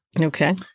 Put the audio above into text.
Okay